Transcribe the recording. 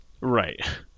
right